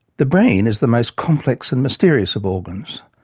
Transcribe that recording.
the brain is the most complex and mysterious of organs.